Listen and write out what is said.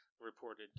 reported